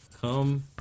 come